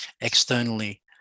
externally